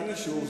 אין אישור.